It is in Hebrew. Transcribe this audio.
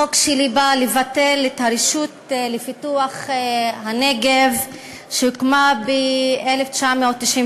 החוק שלי בא לבטל את הרשות לפיתוח הנגב שהוקמה ב-1991.